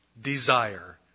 desire